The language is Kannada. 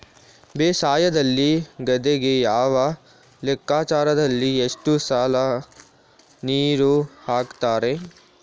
ಬೇಸಾಯದಲ್ಲಿ ಗದ್ದೆಗೆ ಯಾವ ಲೆಕ್ಕಾಚಾರದಲ್ಲಿ ಎಷ್ಟು ಸಲ ನೀರು ಹಾಕ್ತರೆ?